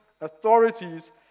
authorities